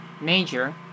major